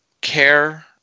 care